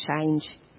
change